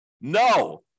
No